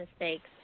mistakes